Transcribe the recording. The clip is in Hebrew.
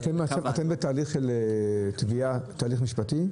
אתם בתהליך של תביעה, תהליך משפטי?